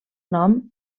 nom